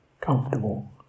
Comfortable